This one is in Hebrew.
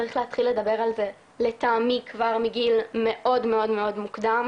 צריך להתחיל לדבר על זה לטעמי כבר מגיל מאוד מאוד מוקדם,